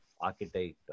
architect